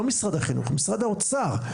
לא משרד החינוך משרד האוצר,